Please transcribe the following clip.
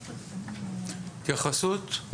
התייחסות.